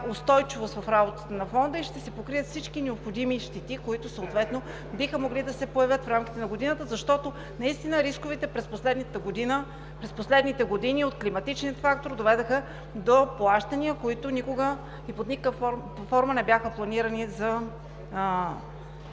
устойчивост в работата на фонда и ще се покрият всички необходими щети, които съответно биха могли да се появят в рамките на годината. Наистина рисковете през последните години от климатичния фактор доведоха до плащания, които никога и под никаква форма не бяха планирани за